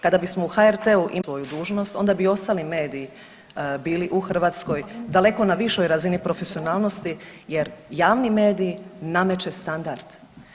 Kada bismo u HRT-u imali javni medij koji poštuje taj zakon i koji vrši svoju dužnost onda bi ostali mediji bili u Hrvatskoj daleko na višoj razini profesionalnosti jer javni medij nameće standard.